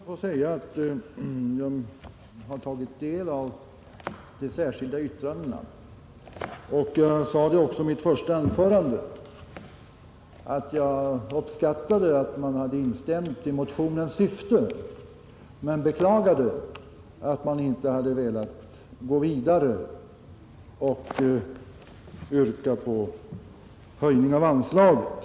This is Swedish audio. Herr talman! Jag vill säga att jag tagit del av de särskilda yttrandena. I mitt första anförande sade jag också att jag uppskattade att man instämt i motionens syfte men beklagade att man inte hade velat gå vidare och yrka på höjning av anslaget.